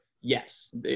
yes